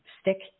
stick